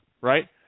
Right